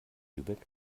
lübeck